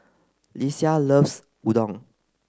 Lesia loves Udon